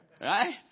Right